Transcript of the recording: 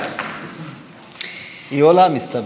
מסתבר,